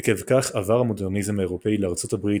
עקב כך עבר המודרניזם האירופאי לארצות הברית